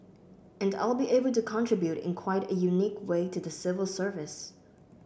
and I'll be able to contribute in quite a unique way to the civil service